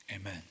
Amen